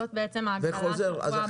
זאת בעצם ההגבלה שקבועה בתקנות.